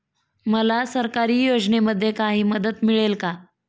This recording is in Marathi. मला सरकारी योजनेमध्ये काही मदत मिळेल का?